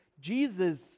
Jesus